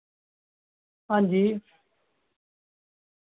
हांजी